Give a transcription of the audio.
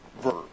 verb